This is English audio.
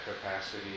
capacity